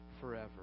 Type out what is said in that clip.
forever